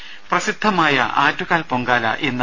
രുദ പ്രസിദ്ധമായ ആറ്റുകാൽ പൊങ്കാല ഇന്ന്